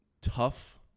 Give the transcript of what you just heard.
tough